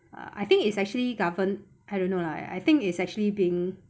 uh I think it's actually governed I don't know lah I think it's actually being